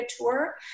tour